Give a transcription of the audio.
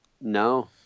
No